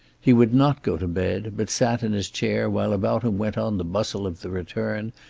he would not go to bed, but sat in his chair while about him went on the bustle of the return,